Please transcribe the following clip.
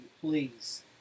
please